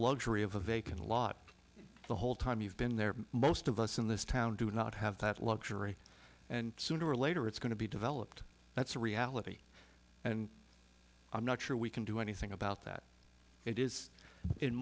lot the whole time you've been there most of us in this town do not have that luxury and sooner or later it's going to be developed that's a reality and i'm not sure we can do anything about that it is in